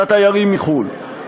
לתיירים מחו"ל.